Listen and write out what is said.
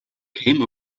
came